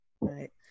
Right